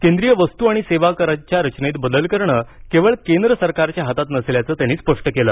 केंद्रीय वस्तू आणि सेवाकरांच्या रचनेत बदल करणं केवळ केंद्र सरकारच्या हातात नसल्याचं त्यांनी स्पष्ट केलं